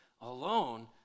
alone